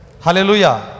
Hallelujah